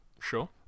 sure